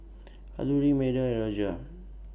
Alluri Medha and Raja